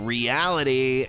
Reality